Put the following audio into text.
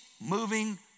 moving